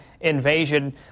invasion